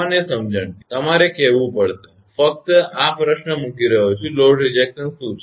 સામાન્ય સમજણથી તમારે કહેવું પડશે ફક્ત આ જ પ્રશ્ન હું મુકી રહ્યો છું લોડ રિજેક્શન શું છે